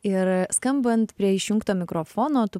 ir skambant prie išjungto mikrofono tu